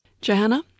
Johanna